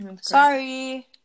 Sorry